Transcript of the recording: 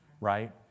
Right